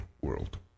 world